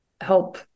help